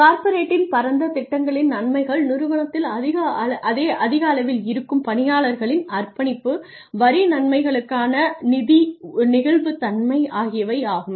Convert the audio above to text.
கார்ப்பரேட்டின் பரந்த திட்டங்களின் நன்மைகள் நிறுவனத்தில் அதிக அளவில் இருக்கும் பணியாளர்களின் அர்ப்பணிப்பு வரி நன்மைகளுக்கான நிதி நெகிழ்வுத்தன்மை ஆகியவை ஆகும்